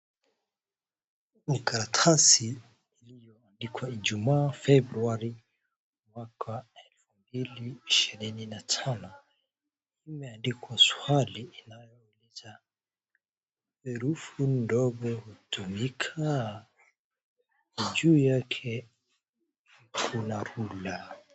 Ni karatasi iliyoandikwa ijumaa februari mwaka elfu mbili ishirini na tano, imeandikwa swali inayouliza herufi ndogo hutumika na juu yake kuna ruler .